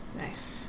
Nice